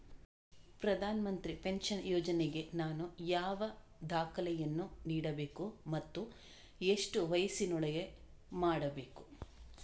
ಪ್ರಧಾನ ಮಂತ್ರಿ ಪೆನ್ಷನ್ ಯೋಜನೆಗೆ ನಾನು ಯಾವ ದಾಖಲೆಯನ್ನು ನೀಡಬೇಕು ಮತ್ತು ಎಷ್ಟು ವಯಸ್ಸಿನೊಳಗೆ ಮಾಡಬೇಕು?